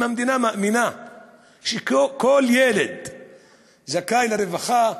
אם המדינה מאמינה שכל ילד באשר הוא זכאי לרווחה,